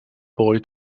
boy